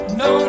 no